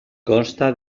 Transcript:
consta